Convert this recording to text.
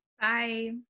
Bye